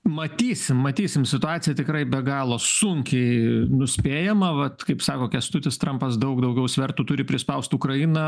matysim matysim situacija tikrai be galo sunkiai nuspėjama vat kaip sako kęstutis trampas daug daugiau svertų turi prispaust ukrainą